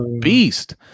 beast